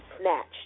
snatched